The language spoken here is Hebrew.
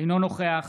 אינו נוכח